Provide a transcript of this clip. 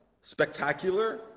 spectacular